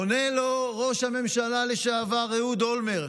עונה לו ראש הממשלה לשעבר אהוד אולמרט,